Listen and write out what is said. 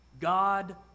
God